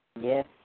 Yes